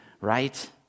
right